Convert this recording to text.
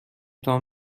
تان